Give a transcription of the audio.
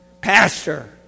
Pastor